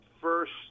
first